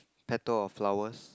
petal of flowers